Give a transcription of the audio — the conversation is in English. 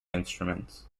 instruments